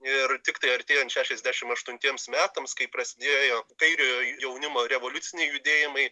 ir tiktai artėjant šešiasdešimt aštuntiems metams kai prasidėjo kairiojo jaunimo revoliuciniai judėjimai